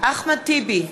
אחמד טיבי,